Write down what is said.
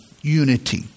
unity